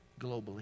globally